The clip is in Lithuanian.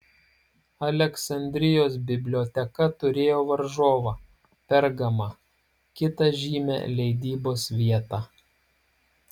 aleksandrijos biblioteka turėjo varžovą pergamą kitą žymią leidybos vietą